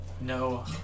no